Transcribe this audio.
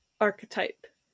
archetype